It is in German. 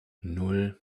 nan